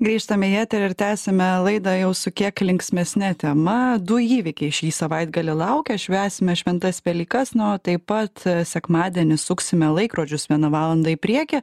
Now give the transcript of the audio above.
grįžtame į eterį ir tęsiame laidą jau su kiek linksmesne tema du įvykiai šį savaitgalį laukia švęsime šventas velykas na o taip pat sekmadienį suksime laikrodžius viena valanda į priekį